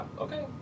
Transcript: Okay